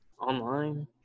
Online